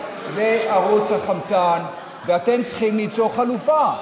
זה ערוץ החמצן, ואתם צריכים למצוא חלופה.